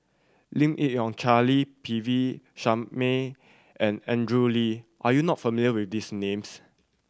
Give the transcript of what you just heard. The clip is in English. Lim Yi Yong Charle P V Sharma and Andrew Lee are you not familiar with these names